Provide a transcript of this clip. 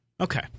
Okay